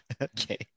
Okay